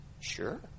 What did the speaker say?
Sure